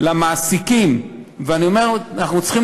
צריכים